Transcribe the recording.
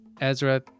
Ezra